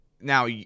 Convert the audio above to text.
now